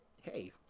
Hey